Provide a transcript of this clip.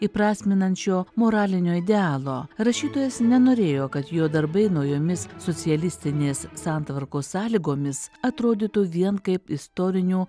įprasminančio moralinio idealo rašytojas nenorėjo kad jo darbai naujomis socialistinės santvarkos sąlygomis atrodytų vien kaip istorinių